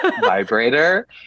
vibrator